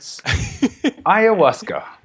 Ayahuasca